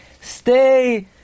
Stay